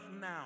now